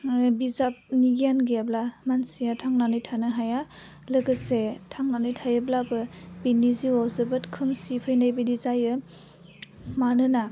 ओह बिजाबनि गियान गैयाब्ला मानसिया थांनानै थानो हाया लोगोसे थांनानै थायोब्लाबो बिनि जिउआव जोबोद खोमसि फैनाय बायदि जायो मानोना